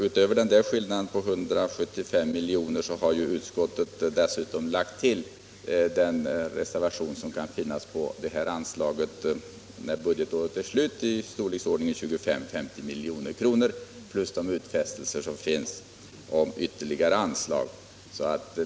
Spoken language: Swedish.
Utöver den skillnad på omkring 175 miljoner som finns har utskottet lagt till den reservation som kan väntas på anslaget innevarande budgetår, i storleksordningen 25-50 milj.kr. Därtill kommer utfästelser om ytterligare anslag.